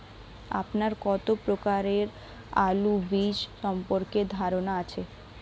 আপনার কত প্রকারের আলু বীজ সম্পর্কে ধারনা আছে?